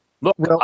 look